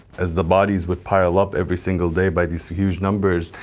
as the bodies would pile up every single day by these huge numbers,